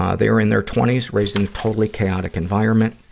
um they're in their twenty s, raised in a totally chaotic environment.